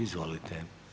Izvolite.